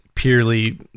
purely